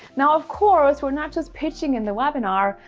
now, of course, we're not just pitching in the webinar.